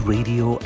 Radio